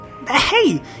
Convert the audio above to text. Hey